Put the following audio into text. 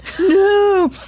No